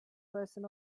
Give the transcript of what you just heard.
person